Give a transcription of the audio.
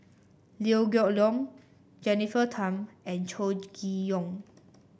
Liew Geok Leong Jennifer Tham and Chow Chee Yong